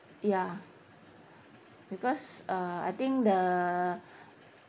ya because uh I think the